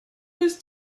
was